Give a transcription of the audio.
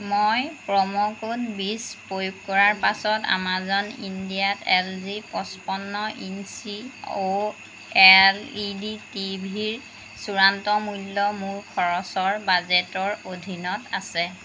মই promo code বিছ প্ৰয়োগ কৰাৰ পাছত আমাজন ইণ্ডিয়াত এলজি পছপন্ন inch O L E D TV ৰ চূড়ান্ত মূল্য মোৰ খৰচৰ বাজেটৰ অধীনত আছে